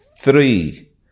three